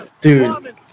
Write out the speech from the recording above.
Dude